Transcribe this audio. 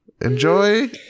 Enjoy